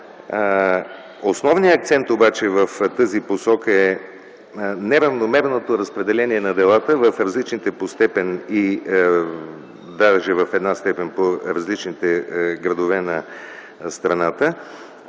Основният акцент обаче в тази посока е неравномерното разпределение на делата в различите по степен съдилища и даже е различна в различните градове на страната.